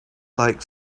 like